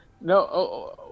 no